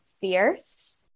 fierce